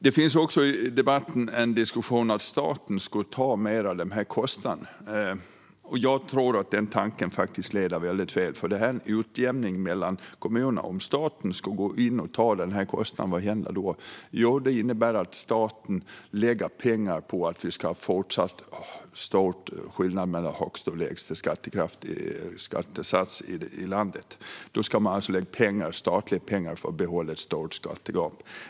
Det finns i debatten en diskussion om att staten skulle ta mer av dessa kostnader. Jag tror faktiskt att den tanken leder mycket fel, eftersom detta är en utjämning mellan kommunerna. Om staten skulle gå in och ta denna kostnad, vad händer då? Jo, det innebär att staten lägger pengar på att vi ska ha en fortsatt stor skillnad mellan högsta och lägsta skattesats i landet. Då skulle man alltså lägga statliga pengar för att behålla ett stort skattegap.